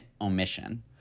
omission